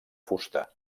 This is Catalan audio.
fusta